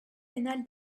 pénal